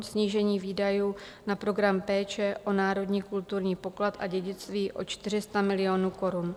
Snížení výdajů na program Péče o národní kulturní poklad a dědictví o 400 milionů korun.